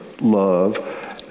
love